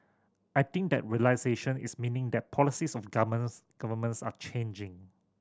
I think that realisation is meaning that policies of governments are changing